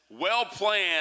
Well-planned